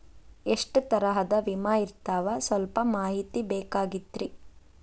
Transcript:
ಎಷ್ಟ ತರಹದ ವಿಮಾ ಇರ್ತಾವ ಸಲ್ಪ ಮಾಹಿತಿ ಬೇಕಾಗಿತ್ರಿ